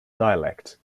dialect